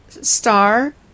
star